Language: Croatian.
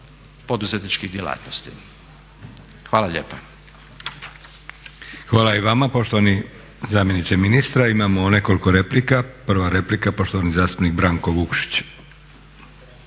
poduzetničkih djelatnosti. Hvala lijepa. **Leko, Josip (SDP)** Hvala i vama poštovani zamjeniče ministra. Imamo nekoliko replika. Prva replika poštovani zastupnik Branko Vukšić.